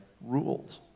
rules